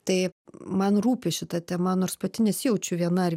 tai man rūpi šita tema nors pati nesijaučiu viena ar